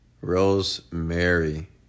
Rosemary